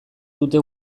dute